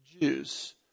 Jews